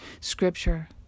scripture